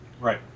Right